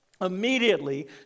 Immediately